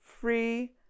free